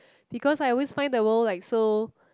because I always find the world like so